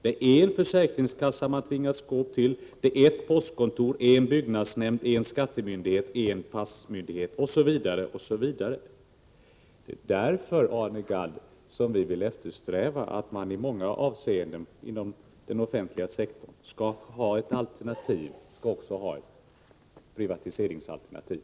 Man tvingas gå till en försäkringskassa, ett postkontor, en byggnadsnämnd, en skattemyndighet, en passmyndighet osv. Därför, Arne Gadd, eftersträvar vi att det i många fall inom den offentliga sektorn skall finnas ett privatiseringsalternativ.